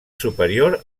superior